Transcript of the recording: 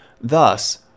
Thus